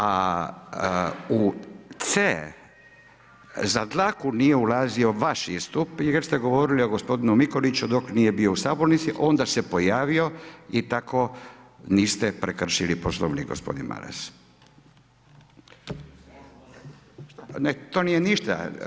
A u c) za dlaku nije ulazio vaš istup jer ste govorili o gospodinu Mikuliću dok nije bio u sabornici a onda se pojavio i tako niste prekršili Poslovnik gospodine Maras. … [[Upadica se ne čuje.]] To nije ništa.